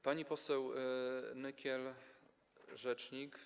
Pani poseł Nykiel - rzecznik.